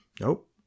Nope